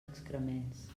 excrements